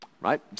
Right